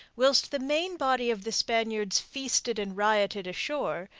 whilst the main body of the spaniards feasted and rioted ashore,